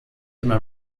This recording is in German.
immer